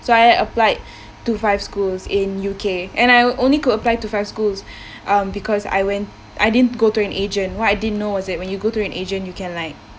so I applied to five schools in U_K and I only could apply to five schools um because I went I didn't go through an agent what I didn't know is it when you go through an agent you can like